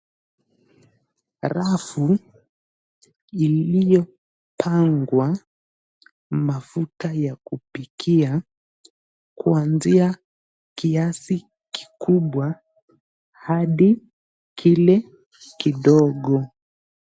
Rafu iliyopangwa mafuta ya kupikia kuanzia kiasi kikubwa hadi kile kidogo.